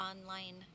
online